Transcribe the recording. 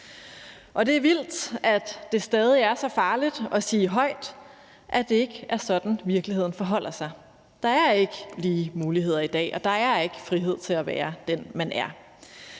er. Det er vildt, at det stadig er så farligt at sige højt, at det ikke er sådan, det forholder sig i virkeligheden. Der er ikke lige muligheder i dag, og der er ikke frihed til at være den, man er.